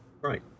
Right